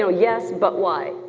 so yes but why,